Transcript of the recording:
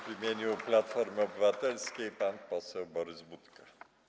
W imieniu Platformy Obywatelskiej pan poseł Borys Budka.